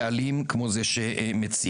ואלים כמו זה שמציע.